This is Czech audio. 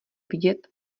vidět